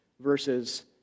versus